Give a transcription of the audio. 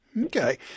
Okay